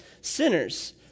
sinners